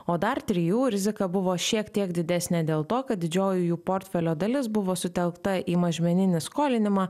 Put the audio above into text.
o dar trijų rizika buvo šiek tiek didesnė dėl to kad didžioji jų portfelio dalis buvo sutelkta į mažmeninį skolinimą